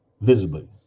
visibly